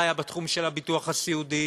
מה היה בתחום של הביטוח הסיעודי,